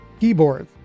keyboard